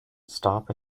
stop